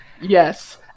Yes